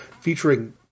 featuring